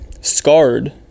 scarred